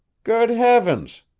good heavens!